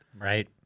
Right